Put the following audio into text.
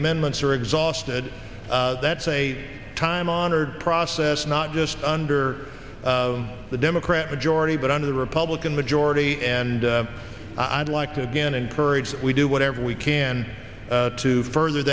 amendments are exhausted that's a time honored process not just under the democrat majority but under the republican majority and i'd like to again encourage we do whatever we can to further